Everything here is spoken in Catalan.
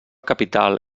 capital